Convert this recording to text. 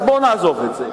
אז בוא נעזוב את זה.